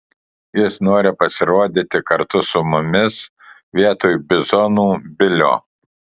jis nori pasirodyti kartu su mumis vietoj bizonų bilio